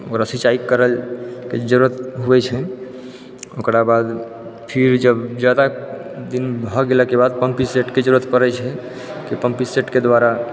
ओकरा सिञ्चाइ करलके जरूरत होइ छै ओकराबाद फिर जब जादा दिन भऽ गेलाके बाद पम्पी सेटके जरूरत पड़ै छै की पम्पी सेटके द्वारा